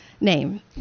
name